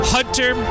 Hunter